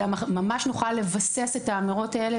אלא שממש נוכל לבסס את האמירות האלה